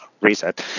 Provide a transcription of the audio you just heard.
reset